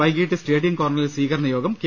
വൈകീട്ട് സ്റ്റേഡിയം കോർണറിൽ സ്വീക രണ യോഗം കെ